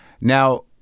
Now